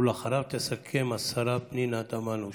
ואחריו תסכם השרה פנינה תמנו שטה.